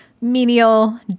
menial